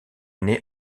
née